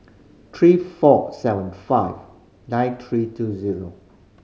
three four seven five nine three two zero